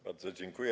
Bardzo dziękuję.